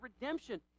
redemption